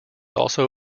also